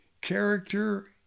character